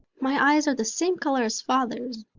my eyes are the same color as father's,